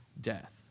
death